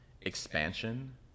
expansion